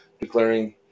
Declaring